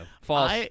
False